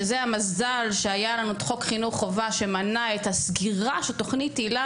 שזה מזל שהיה לנו את חוק חינוך חובה שמנע את סגירת תוכנית היל"ה,